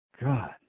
God